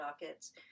dockets